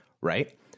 right